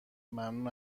ممنون